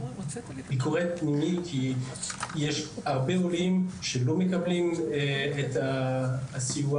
ביקורת פנימית ויש הרבה עולים שלא מקבלים את הסיוע